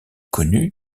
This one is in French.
connue